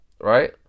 right